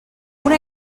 una